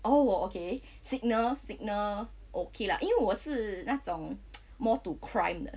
oh oh okay signal signal okay lah 因为我是那种 more to crime 的